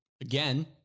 again